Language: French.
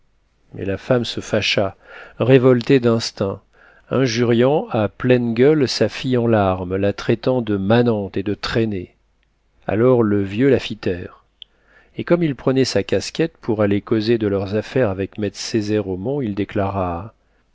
mais la femme se fâcha révoltée d'instinct injuriant à pleine gueule sa fille en larmes la traitant de manante et de traînée alors le vieux la fit taire et comme il prenait sa casquette pour aller causer de leurs affaires avec maît césaire omont il déclara